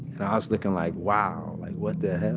and i was looking like, wow like what the hell?